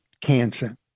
cancer